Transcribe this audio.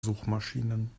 suchmaschinen